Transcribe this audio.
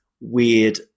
weird